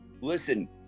listen